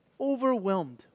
overwhelmed